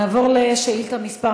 נעבור לשאילתה מס'